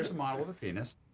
model of the penis.